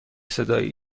صدایی